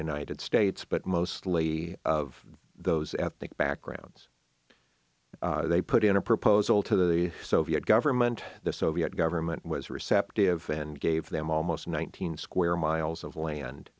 united states but mostly of those ethnic backgrounds they put in a proposal to the soviet government the soviet government was receptive and gave them almost one thousand square miles of land